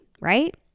right